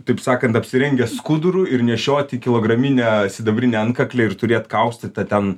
taip sakant apsirengę skuduru ir nešioti kilograminę sidabrinę antkaklę ir turėt kaustytą ten